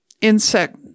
insect